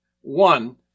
One